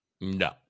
No